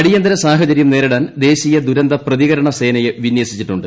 അടിയന്തിര സാഹചര്യഹ നേരിടാൻ ദേശീയ ദുരന്ത പ്രതികരണ സേനയെ വിന്യസിച്ചിട്ടുണ്ട്